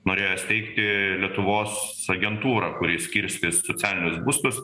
norėjo steigti lietuvos agentūrą kuri skirstys socialinius būstus